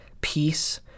peace